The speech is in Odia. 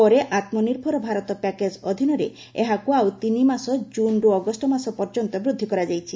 ପରେ ଆତ୍ମ ନିର୍ଭର ଭାରତ ପ୍ୟାକେଜ୍ ଅଧୀନରେ ଏହାକୁ ଆଉ ତିନି ମାସ ଜୁନ୍ରୁ ଅଗଷ୍ଟ ମାସ ପର୍ଯ୍ୟନ୍ତ ବୃଦ୍ଧି କରାଯାଇଛି